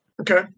Okay